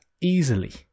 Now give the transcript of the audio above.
Easily